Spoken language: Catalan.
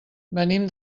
venim